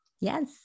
Yes